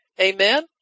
Amen